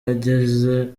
ageze